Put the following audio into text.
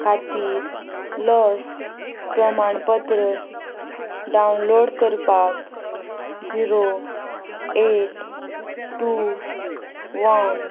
खातीर लस प्रमाणपत्र डावनलोड करपाक जिरो एट टू वन